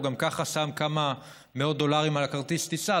הוא גם ככה שם כמה מאות דולרים על כרטיס הטיסה,